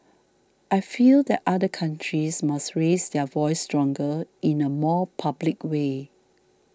I feel that other countries must raise their voice stronger in a more public way